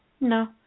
no